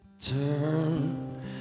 Turn